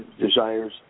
desires